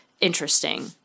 interesting